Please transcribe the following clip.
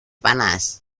panas